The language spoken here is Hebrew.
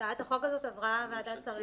הצעת החוק הזו עברה ועדת שרים.